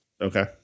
Okay